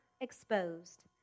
exposed